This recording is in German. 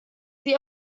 sie